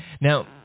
now